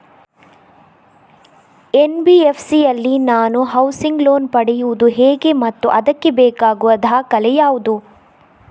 NBFC ಯಲ್ಲಿ ನಾನು housing loan ಪಡೆಯುದು ಹೇಗೆ ಮತ್ತು ಅದಕ್ಕೆ ಬೇಕಾಗುವ ದಾಖಲೆ ಯಾವುದು?